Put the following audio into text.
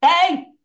Hey